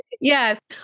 Yes